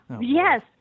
yes